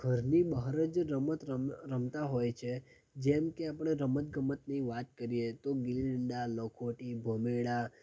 ઘરની બહાર જ રમત રમતાં હોય છે જેમ કે આપણે રમતગમતની વાત કરીયે તો ગીલ્લીદંડા લખોટી ભમરડાં